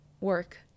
work